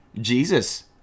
Jesus